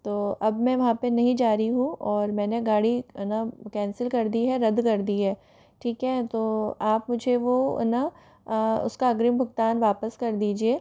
तो अब मैं वहाँ पे नहीं जा रही हूँ और मैंने गाड़ी है न कैंसिल कर दी है रद्द कर दी है ठीक है तो आप मुझे वो न उसका अग्रिम भुगतान वापस कर दीजिए